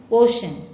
ocean